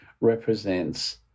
represents